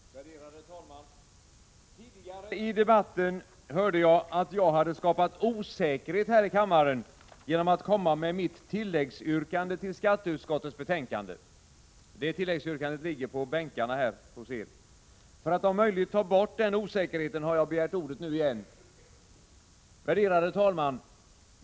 Fru talman! Tidigare i debatten hörde jag att jag hade skapat osäkerhet här i kammaren genom att komma med mitt tilläggsyrkande till skatteutskottets betänkande. Detta tilläggsyrkande ligger nu på ledamöternas bänkar. För att om möjligt ta bort denna osäkerhet har jag begärt ordet igen. Fru talman!